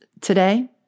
Today